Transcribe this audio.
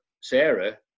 Sarah